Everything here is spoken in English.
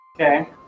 Okay